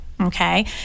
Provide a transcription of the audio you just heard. Okay